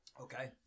Okay